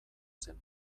zen